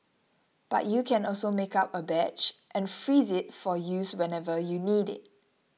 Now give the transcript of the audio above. but you can also make up a batch and freeze it for use whenever you need it